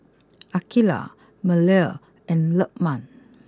Aqeelah Melur and Lukman